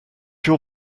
your